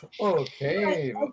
okay